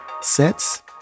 sets